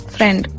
Friend